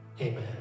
amen